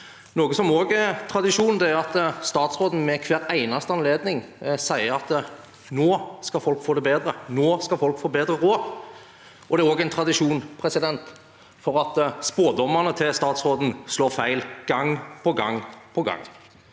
Noe som også er tradisjon, er at statsråden ved hver eneste anledning sier at nå skal folk få det bedre, nå skal folk få bedre råd, og det er også en tradisjon at spådommene til statsråden slår feil gang på gang på gang.